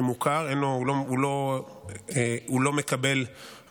שמוכר, אין לו, הוא לא מקבל משכורת.